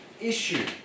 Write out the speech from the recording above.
issue